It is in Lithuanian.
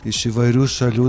iš įvairių šalių